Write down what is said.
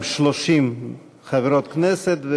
עם 30 חברות כנסת,